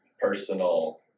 personal